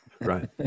right